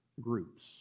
groups